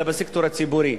אלא בסקטור הציבורי.